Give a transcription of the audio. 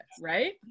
right